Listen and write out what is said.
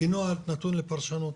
כי נוהל נתון לפרשנות.